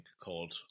called